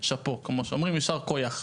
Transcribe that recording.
שאפו, ישר כוייח.